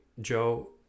Joe